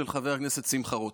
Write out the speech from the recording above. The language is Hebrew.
של חבר הכנסת שמחה רוטמן.